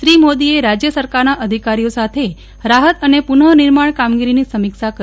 શ્રી મોદીએ રાજય સરકારના અધિકારીઓ સાથે રાહત અને પુનઃ નિર્માણ કામગીરીની સમીક્ષા કરી